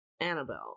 Annabelle